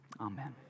Amen